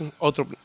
otro